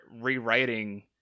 rewriting